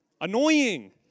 Annoying